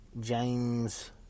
James